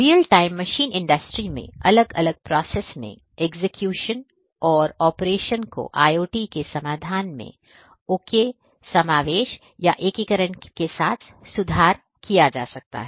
real time machine industry में अलग अलग प्रोसेस मैं एग्जीक्यूशन और दूसरे ऑपरेशन को IOT के समाधान मैं ओके समावेश या एकीकरण के साथ सुधार किया जा सकता है